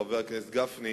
חבר הכנסת גפני,